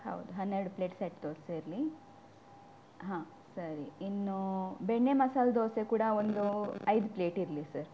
ಹೌದು ಹನ್ನೆರಡು plate set dosa ಇರಲಿ ಹಾಂ ಸರಿ ಇನ್ನೂ ಬೆಣ್ಣೆ ಮಸಾಲೆ ದೋಸೆ ಕೂಡ ಒಂದು ಐದು ಪ್ಲೇಟ್ ಇರಲಿ ಸರ್